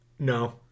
No